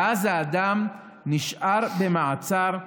ואז האדם נשאר במעצר.